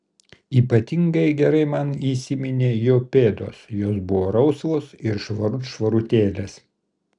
ypatingai gerai man įsiminė jo pėdos jos buvo rausvos ir švarut švarutėlės